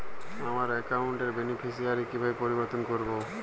আমার অ্যাকাউন্ট র বেনিফিসিয়ারি কিভাবে পরিবর্তন করবো?